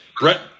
Brett